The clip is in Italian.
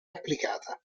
applicata